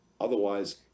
Otherwise